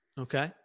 Okay